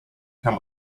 come